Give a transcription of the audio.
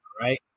right